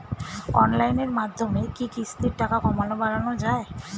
অনলাইনের মাধ্যমে কি কিস্তির টাকা কমানো বাড়ানো যায়?